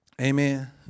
Amen